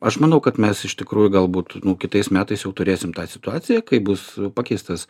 aš manau kad mes iš tikrųjų galbūt kitais metais jau turėsim tą situaciją kai bus pakeistas